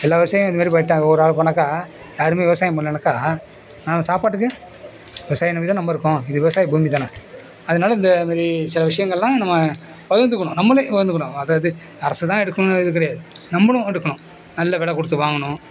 எல்லாம் விவசாயும் இந்த மாதிரி பண்ணிட்டால் ஓவர்ஆல் போனாக்கா யாரும் விவசாயம் பண்ணலேனாக்கா ஆ சாப்பாட்டுக்கு விவசாயம் நம்பிதான நம்ம இருக்கோம் இது விவசாய பூமிதான் அதனால் இந்த மாதிரி சில விஷயங்கள்லாம் நம்ம பகிர்ந்துக்கணும் நம்மளே பகிர்ந்துக்கணும் அதது அரசுதான் எடுக்கணும்னு இது கிடையாது நம்மளும் எடுக்கணும் நல்ல விலை கொடுத்து வாங்கணும்